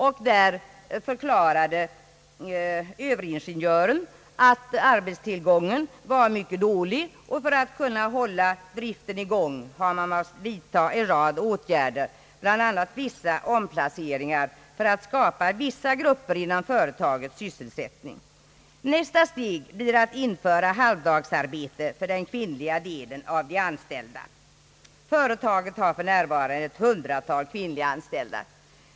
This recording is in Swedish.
Överingenjören vid företaget förklarade att arbetstillgången var mycket dålig, och för att kunna hålla driften i gång hade man måst vidtaga en rad åtgärder, bl.a. vissa omplaceringar, för att ge vissa grupper inom företaget sys selsättning. Nästa steg måste bli att införa halvdagsarbete för den kvinnliga delen av de anställda. Företaget har för närvarande ett hundratal kvinnliga anställda.